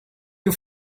you